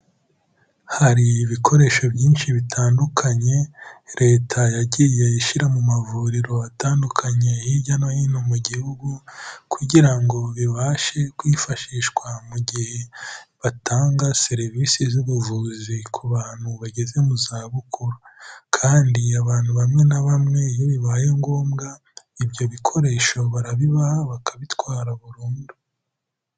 Hari ibikoresho byinshi bitandukanye, Leta yagiye ishyira mu mavuriro atandukanye, hirya no hino mu gihugu, kugira ngo bibashe kwifashishwa mu gihe batanga serivisi z'ubuvuzi ku bantu bageze mu za bukuru. Kandi abantu bamwe na bamwe iyo bibaye ngombwa ibyo bikoresho barabibaha bakabitwara burundu.